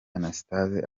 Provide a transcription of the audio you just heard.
anastase